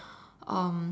um